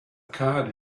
card